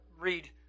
read